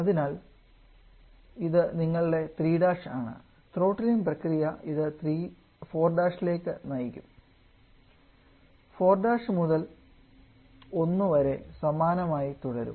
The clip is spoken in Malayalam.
അതിനാൽ ഇത് നിങ്ങളുടെ 3 ആണ് ത്രോട്ടിലിംഗ് പ്രക്രിയ ഇത് 4 ലേക്ക് നയിക്കും 4 മുതൽ 1 വരെ സമാനമായി തുടരും